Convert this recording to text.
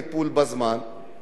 זה דבר באמת אבסורדי.